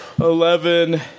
Eleven